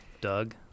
Doug